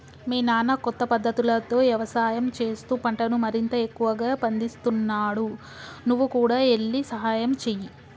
మీ నాన్న కొత్త పద్ధతులతో యవసాయం చేస్తూ పంటను మరింత ఎక్కువగా పందిస్తున్నాడు నువ్వు కూడా ఎల్లి సహాయంచేయి